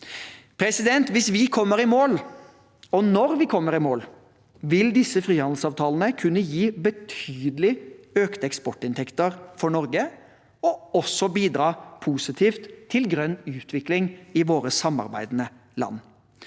og Vietnam. Hvis vi kommer i mål, og når vi kommer i mål, vil disse frihandelsavtalene kunne gi betydelig økte eksportinntekter for Norge og også bidra positivt til grønn utvikling i våre samarbeidende land.